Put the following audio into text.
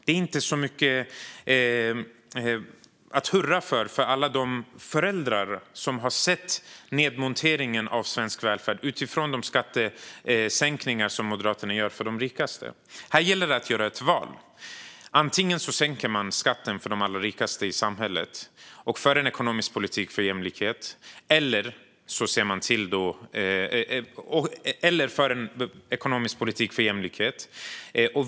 Det är inte heller mycket att hurra för för alla de föräldrar som har sett svensk välfärd monteras ned på grund av de skattesänkningar Moderaterna gjort för de rikaste. Här gäller det att göra ett val. Antingen sänker man skatten för de allra rikaste i samhället eller så för man en ekonomisk politik för jämlikhet.